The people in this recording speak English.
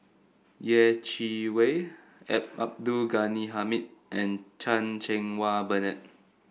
Yeh Chi Wei A Abdul Ghani Hamid and Chan Cheng Wah Bernard